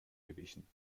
gewichen